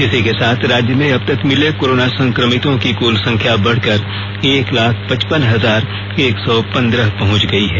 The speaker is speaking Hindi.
इसी के साथ राज्य में अब तक मिले कोरोना संक्रमितों की कुल संख्या बढ़कर एक लाख पचपन हजार एक सौ पंद्रह पहुंच गई है